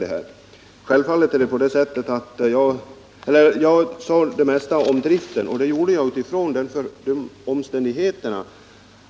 Nr 50 Jag talade mest om driften av anläggningarna i mitt förra inlägg, och det Fredagen den gjorde jag utifrån den omständigheten